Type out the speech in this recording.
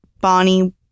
Bonnie